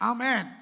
Amen